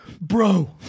bro